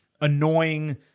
annoying